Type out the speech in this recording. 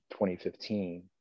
2015